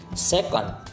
second